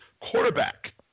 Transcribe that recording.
quarterback